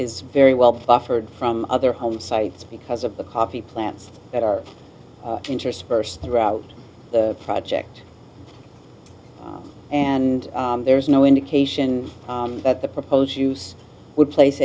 is very well buffered from other home sites because of the coffee plants that are interspersed throughout the project and there is no indication that the proposed use would place